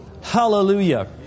Hallelujah